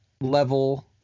level